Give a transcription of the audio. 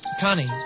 Connie